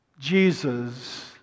Jesus